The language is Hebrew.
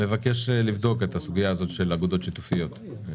מבקש לבדוק את הסוגיה הזאת של אגודות שיתופיות.